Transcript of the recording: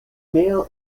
male